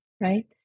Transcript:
right